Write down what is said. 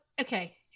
Okay